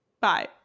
bye